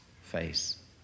face